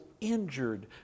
injured